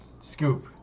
scoop